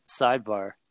sidebar